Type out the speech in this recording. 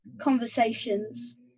conversations